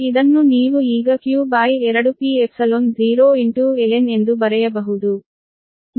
ಇದನ್ನು ನೀವು ಈಗ q2π0 ln ಎಂದು ಬರೆಯಬಹುದು